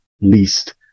least